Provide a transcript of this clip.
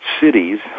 cities